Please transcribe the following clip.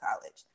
college